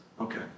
Okay